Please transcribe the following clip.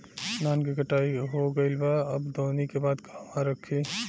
धान के कटाई हो गइल बा अब दवनि के बाद कहवा रखी?